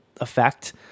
effect